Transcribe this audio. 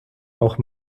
auch